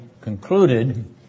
concluded